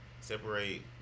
Separate